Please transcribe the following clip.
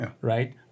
right